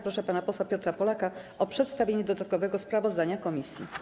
Proszę pana posła Piotra Polaka o przedstawienie dodatkowego sprawozdania komisji.